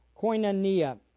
Koinonia